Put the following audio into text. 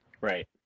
right